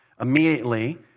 immediately